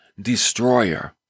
destroyer